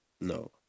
No